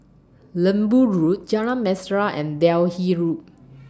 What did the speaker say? Lembu Road Jalan Mesra and Delhi Road